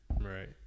Right